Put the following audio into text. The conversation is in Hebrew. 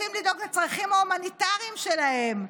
חייבים לדאוג לצרכים ההומניטריים שלהם,